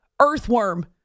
earthworm